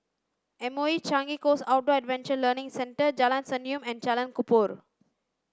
M O E Changi Coast Outdoor Adventure Learning Centre Jalan Senyum and Jalan Kubor